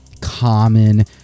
common